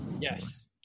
Yes